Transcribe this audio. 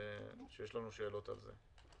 יש לנו שאלות על זה.